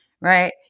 right